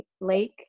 lake